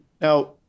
Now